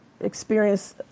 experience